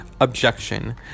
Objection